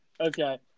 Okay